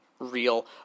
Real